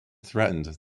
threatened